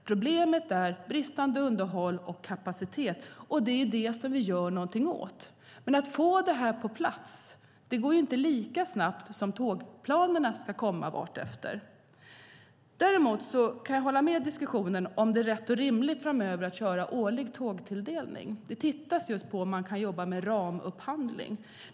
Problemet är bristande underhåll och kapacitet. Det är det som vi gör någonting åt, men det går inte att få detta på plats lika snabbt som tågplanerna ska komma vartefter. Däremot kan jag hålla med i diskussionen om huruvida det är rätt och rimligt framöver att köra årlig tågtilldelning. Det tittas just på om man kan jobba med ramupphandling.